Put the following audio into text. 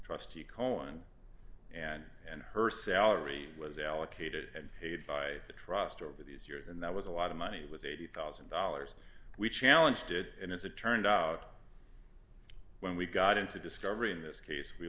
cohen and and her salary was allocated and paid by the trust over these years and that was a lot of money was eighty thousand dollars which challenge did and as it turned out when we got into discovery in this case we